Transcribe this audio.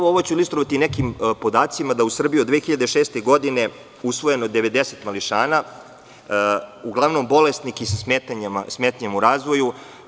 Ovo ću ilustrovati nekim podacima da je u Srbiji od 2006. godine usvojeno 90 mališana, uglavnom bolesnih i sa smetnjama u razvoju.